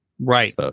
Right